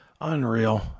Unreal